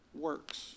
works